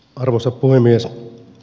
arvoisa puhemies